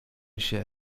się